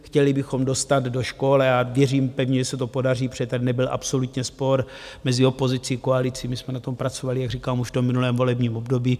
Chtěli bychom dostat do škol, a věřím pevně, že se to podaří, protože tady nebyl absolutně spor mezi opozicí, koalicí, my jsme na tom pracovali, jak říkám, už v tom minulém volebním období.